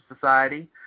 Society